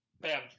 Bam